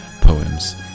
poems